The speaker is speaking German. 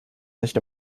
nicht